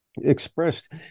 expressed